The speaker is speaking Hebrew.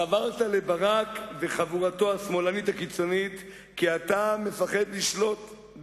חברת לברק וחבורתו השמאלנית הקיצונית כי אתה מפחד לשלוט,